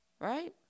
right